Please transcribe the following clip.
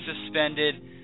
suspended